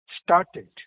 started